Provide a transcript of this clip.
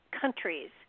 countries